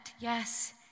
yes